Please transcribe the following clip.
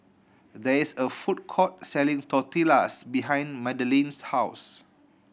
there is a food court selling Tortillas behind Madeline's house